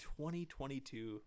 2022